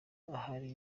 ahari